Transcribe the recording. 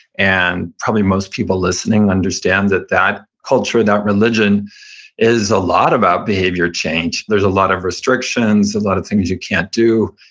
and probably most people listening understand that that culture, that religion is a lot about behavior change. there's a lot of restrictions, a lot of things you can't do.